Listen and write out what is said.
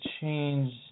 change